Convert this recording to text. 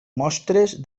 mostres